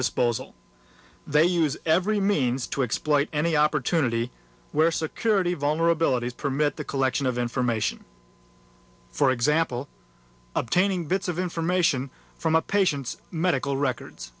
disposal they use every means to exploit any opportunity where security vulnerabilities permit the collection of information for example obtaining bits of information from a patient's medical records